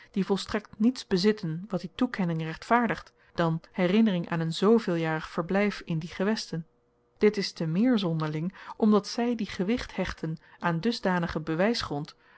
die volstrekt niets bezitten wat die toekenning rechtvaardigt dan de herinnering aan een zveeljarig verblyf in die gewesten dit is te meer zonderling omdat zy die gewicht hechten aan dusdanigen bewysgrond